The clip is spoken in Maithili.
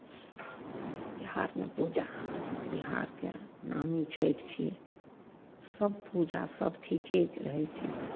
बिहारमे पूजा बिहारके नामी छठि छी सभ पूजासभ ठीके रहै छै